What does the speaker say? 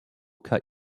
cut